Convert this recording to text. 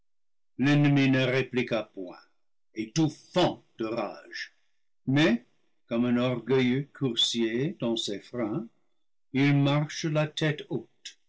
répliqua point étouffant de rage mais comme un orgueilleux coursier dans ses freins il marche la tête haute